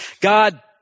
God